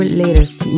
latest